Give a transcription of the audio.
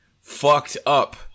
fucked-up